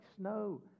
snow